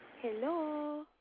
Hello